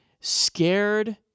scared